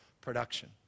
production